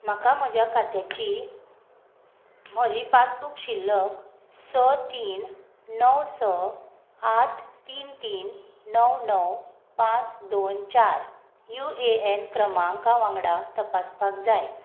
म्हाका म्हज्या खात्याची म्हजी पासबूक शिल्लक स तीन णव स आठ तीन तीन णव णव पांच दोन चार यू ए एन क्रमांक वांगडा तपासपाक जाय